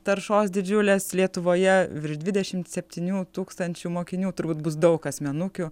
taršos didžiulės lietuvoje virš dvidešimt septynių tūkstančių mokinių turbūt bus daug asmenukių